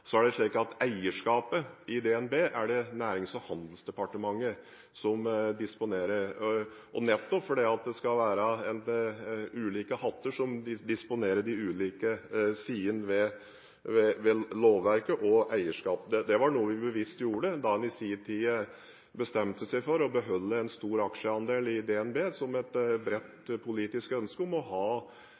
DNB er det Nærings- og handelsdepartementet som disponerer, nettopp for at det skal være ulike «hatter» som disponerer de ulike sidene ved lovverket og eierskapet. Det var noe vi bevisst gjorde da en i sin tid bestemte seg for å beholde en stor aksjeandel i DNB. Det var et bredt politisk ønske om å ha